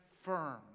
firm